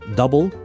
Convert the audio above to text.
double